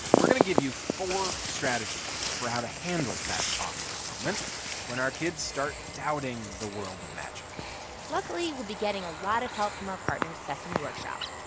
we're going to give you four strategies for how to handle that awkward moment when our kids start doubting the world of magic luckily, we'll be getting a lot of help from our partner, sesame workshop,